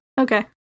Okay